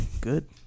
Good